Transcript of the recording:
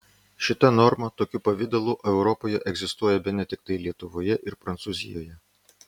šita norma tokiu pavidalu europoje egzistuoja bene tiktai lietuvoje ir prancūzijoje